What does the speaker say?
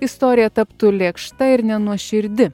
istorija taptų lėkšta ir nenuoširdi